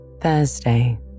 Thursday